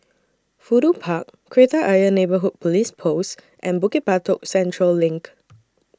Fudu Park Kreta Ayer Neighbourhood Police Post and Bukit Batok Central LINK